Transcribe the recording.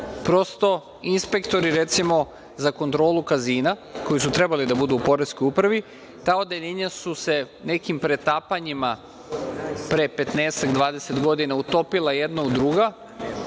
godine. Prosto, inspektori, recimo, za kontrolu kazina, koji su trebali da budu u poreskoj upravi, ta odeljenja su se nekim pretapanjima pre petnaestak, dvadeset godina utopila jedna u druga.